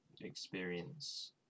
experience